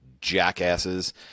jackasses